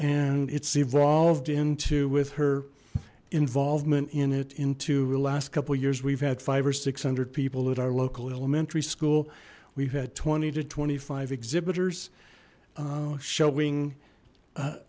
and it's evolved into with her involvement in it into the last couple years we've had five or six hundred people at our local elementary school we've had twenty to twenty five exhibitors showing